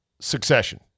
Succession